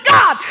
God